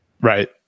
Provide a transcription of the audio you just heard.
Right